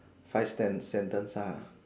five stan sentence ah